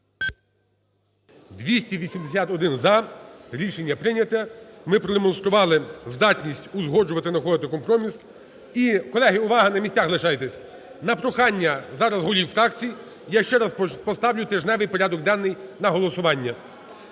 За-281 Рішення прийнято. Ми продемонстрували здатність узгоджувати, находити компроміс. І, колеги, увага, на місцях лишайтесь. На прохання зараз голів фракцій я ще раз поставлю тижневий порядок денний на голосування.